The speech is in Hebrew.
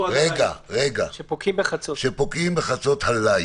שפוקעים בחצות הליל.